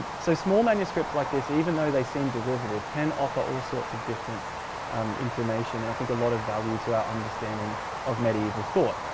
so small manuscripts like this, even though they seem derivative, can offer all sorts of different information and i think a lot of value to our understanding of medieval thought.